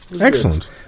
Excellent